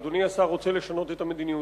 אדוני השר רוצה לשנות את המדיניות,